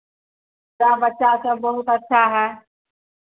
मेरा बच्चा सब बहुत अच्छा है